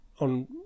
on